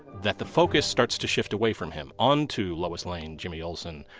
that the focus starts to shift away from him on to lois lane, jimmy olsen,